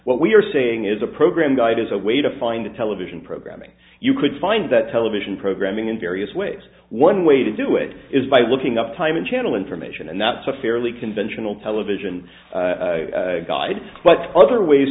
what we are saying is a program guide is a way to find a television programming you could find that television programming in various ways one way to do it is by looking up time and channel information and that's a fairly conventional television guide what other ways